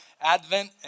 Advent